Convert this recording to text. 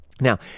Now